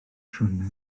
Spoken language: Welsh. siwrne